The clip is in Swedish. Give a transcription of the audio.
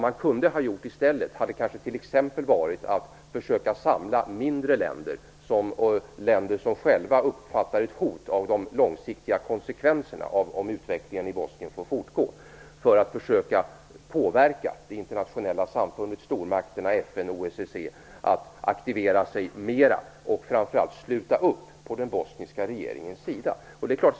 Man kunde kanske i stället t.ex. ha försökt samla mindre länder som själva uppfattar ett hot från de långsiktiga konsekvenserna av en fortsättning av utvecklingen i Bosnien, för att försöka påverka det internationella samfundet, stormakterna, FN och OSSE, att aktivera sig mera och framför allt att sluta upp på den bosniska regeringens sida.